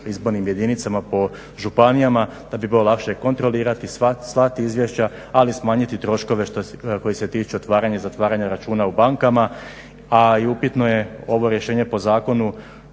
izbornim jedinicama, po županijama da bi bilo lakše kontrolirati, slati izvješća ali smanjiti troškove koji se tiču otvaranja, zatvaranja računa u bankama. A i upitno je obavještenje po zakonu